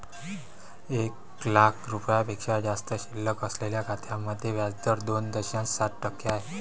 एक लाख रुपयांपेक्षा जास्त शिल्लक असलेल्या खात्यांमध्ये व्याज दर दोन दशांश सात टक्के आहे